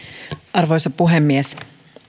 arvoisa puhemies